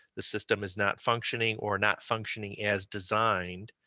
the system is not functioning or not functioning as designed,